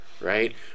right